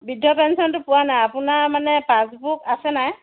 বৃদ্ধ পেঞ্চনটো পোৱা নাই আপোনাৰ মানে পাছবুক আছে নাই